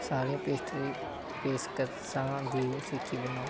ਸਾਰੀਆਂ ਪੇਸਟਰੀ ਪੇਸ਼ਕਸ਼ਾਂ ਦੀ ਸੂਚੀ ਬਣਾਓ